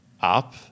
up